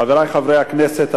חברי חברי הכנסת,